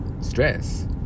stress